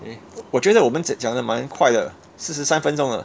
eh 我觉得我们讲讲得蛮快得四十三分钟了